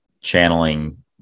channeling